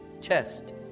test